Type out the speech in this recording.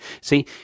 See